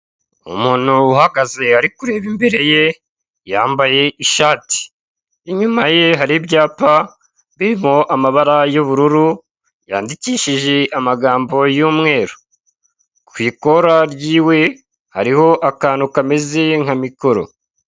Umuntu uhagaze ari kureba imbere ye yambaye ishati, inyuma ye hari ibyapa biriho amabara y'ubururu yandikishije amagambo y'umweru ku ikora ry'iwe hariho akantu kameze nka mikoro.